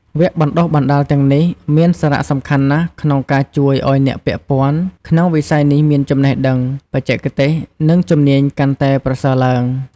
វគ្គបណ្តុះបណ្តាលទាំងនេះមានសារៈសំខាន់ណាស់ក្នុងការជួយឲ្យអ្នកពាក់ព័ន្ធក្នុងវិស័យនេះមានចំណេះដឹង បច្ចេកទេស និងជំនាញកាន់តែប្រសើរឡើង។